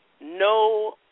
no